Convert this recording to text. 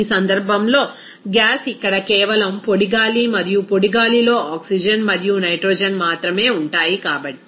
ఈ సందర్భంలో గ్యాస్ ఇక్కడ కేవలం పొడి గాలి మరియు పొడి గాలిలో ఆక్సిజన్ మరియు నైట్రోజన్ మాత్రమే ఉంటాయి కాబట్టి